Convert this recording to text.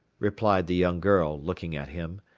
replied the young girl, looking at him,